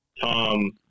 Tom